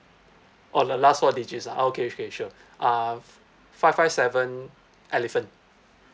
oh the last four digits ah okay okay sure uh five five seven elephant